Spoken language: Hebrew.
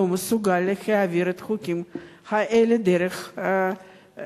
גם לא מסוגל להעביר את החוקים האלה דרך הממשלה.